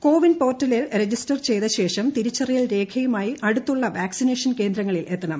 കോവിൻ പോർട്ടലിൽ രജിസ്റ്റർ ചെയ്ത ശേഷം തിരിച്ചറിയൽ രേഖയുമായി അടുത്തുള്ള വാക്സിനേഷൻ കേന്ദ്രങ്ങളിൽ എത്തണം